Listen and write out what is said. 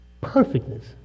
perfectness